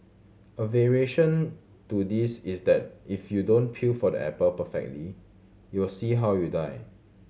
a variation to this is that if you don't peel the apple perfectly you'll see how you die